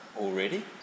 already